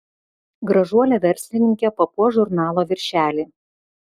gražuolė verslininkė papuoš žurnalo viršelį